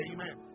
Amen